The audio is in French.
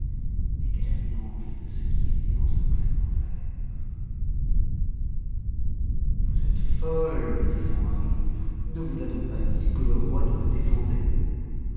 mais qu'elle avait envie de ce qui était dans ce plat couvert vous êtes folle lui dit son mari ne vous a-t-on pas dit que le roi nous le défendait